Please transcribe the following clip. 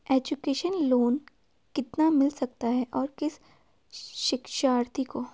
Education loan कितना मिल सकता है और किस शिक्षार्थी को?